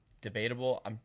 debatable